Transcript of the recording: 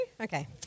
Okay